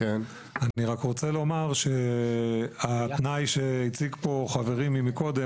אני רק רוצה לומר שהתנאי שהציג פה חברי מקודם,